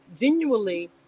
genuinely